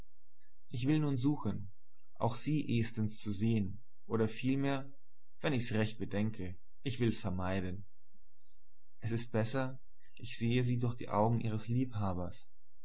ich will nun suchen auch sie ehstens zu sehn oder vielmehr wenn ich's recht bedenke ich will's vermeiden es ist besser ich sehe sie durch die augen ihres liebhabers